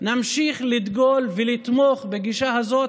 נמשיך לדגול ולתמוך בגישה הזאת.